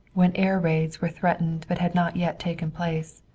when air raids were threatened but had not yet taken place.